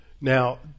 Now